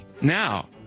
Now